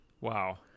Wow